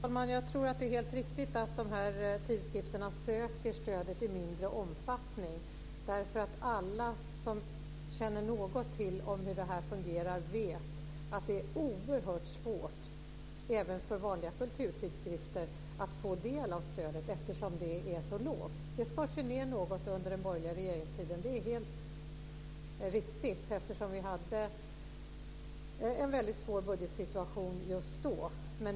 Fru talman! Jag tror att det är helt riktigt att de här tidskrifterna söker stödet i mindre omfattning eftersom alla som vet något om hur det här fungerar vet att det är oerhört svårt även för vanliga kulturtidskrifter att få del av stödet. Det är ju så lågt. Det skars ned något under dem borgerliga regeringstiden, det är helt riktigt. Det beror på att vi hade en väldigt svår budgetsituation just då.